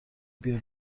بیا